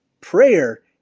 Prayer